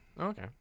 Okay